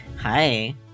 Hi